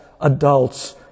adults